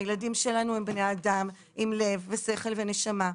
הילדים שלנו הם בני אדם עם לב ושכל ונשמה.